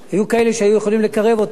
היו כאלה שהיו יכולים לקרב אותנו.